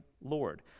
Lord